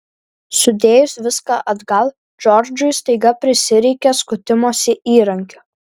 sudėjus viską atgal džordžui staiga prisireikė skutimosi įrankių